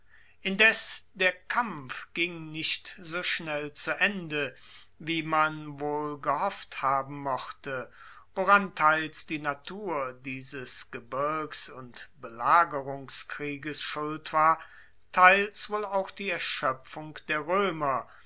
indes der kampf ging nicht so schnell zu ende wie man wohl gehofft haben mochte woran teils die natur dieses gebirgs und belagerungskrieges schuld war teils wohl auch die erschoepfung der roemer